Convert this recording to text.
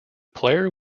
player